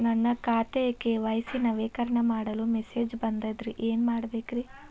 ನನ್ನ ಖಾತೆಯ ಕೆ.ವೈ.ಸಿ ನವೇಕರಣ ಮಾಡಲು ಮೆಸೇಜ್ ಬಂದದ್ರಿ ಏನ್ ಮಾಡ್ಬೇಕ್ರಿ?